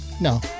No